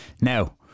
Now